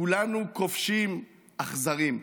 כולנו כובשים אכזרים.